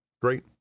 Great